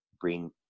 bring